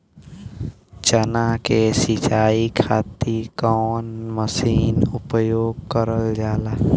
चना के सिंचाई खाती कवन मसीन उपयोग करल जाला?